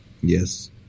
Yes